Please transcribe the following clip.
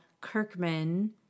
Kirkman